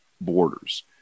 borders